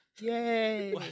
Yay